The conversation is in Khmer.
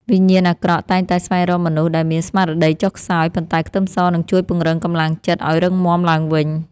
វិញ្ញាណអាក្រក់តែងតែស្វែងរកមនុស្សដែលមានស្មារតីចុះខ្សោយប៉ុន្តែខ្ទឹមសនឹងជួយពង្រឹងកម្លាំងចិត្តឱ្យរឹងមាំឡើងវិញ។